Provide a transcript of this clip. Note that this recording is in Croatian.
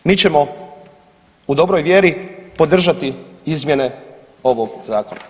Mi ćemo u dobroj vjeri podržati izmjene ovog zakona.